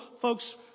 folks